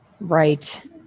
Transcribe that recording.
Right